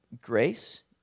grace